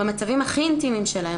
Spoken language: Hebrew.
במצבים הכי אינטימיים שלהן,